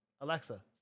Alexa